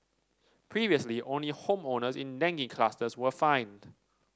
previously only home owners in dengue clusters were fined